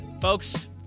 Folks